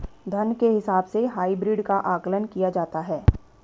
धन के हिसाब से हाइब्रिड का आकलन किया जाता है